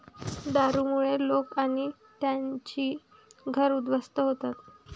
दारूमुळे लोक आणि त्यांची घरं उद्ध्वस्त होतात